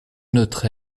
notre